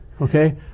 okay